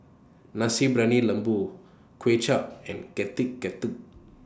Nasi Briyani Lembu Kuay Chap and Getuk Getuk